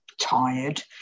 tired